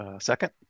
Second